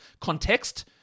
context